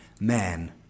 man